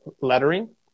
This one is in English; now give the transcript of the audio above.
lettering